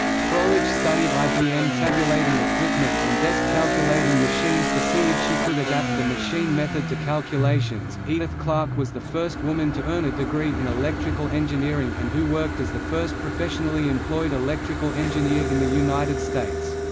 froelich studied ibm tabulating equipment and desk calculating machines to see if she could adapt the machine method to calculations edith clarke was the first woman to earn a degree in electrical engineering and who worked as the first professionally employed electrical engineer in the united states.